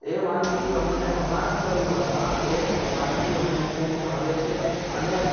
એ વાનગી અમને અમારા પરિવારમાં એ વાનગી અમને ખૂબ ભાવે છે અને